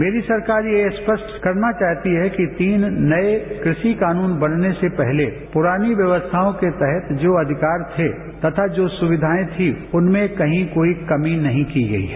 मेरी सरकार यह स्पष्ट करना चाहती है कि तीन नए कूषि कानून बनने से पहले पुरानी व्यवस्थाओं के तहत जो अधिकार थे तथा जो सुविधाएं थीं उनमें कहीं कोई कमी नहीं की गईं है